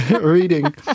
reading